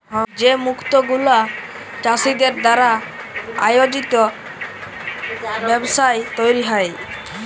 যে মুক্ত গুলা চাষীদের দ্বারা আয়জিত ব্যবস্থায় তৈরী হ্যয়